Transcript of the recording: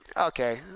okay